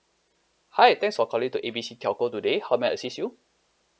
hi thanks for calling to A B C telco today how may I assist you